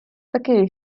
такий